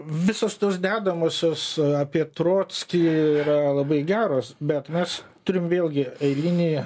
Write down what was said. visos tos dedamosios apie trockį yra labai geros bet mes turim vėlgi eilinį